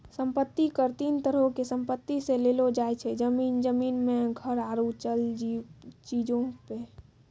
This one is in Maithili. सम्पति कर तीन तरहो के संपत्ति से लेलो जाय छै, जमीन, जमीन मे घर आरु चल चीजो पे